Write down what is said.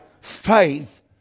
faith